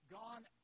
gone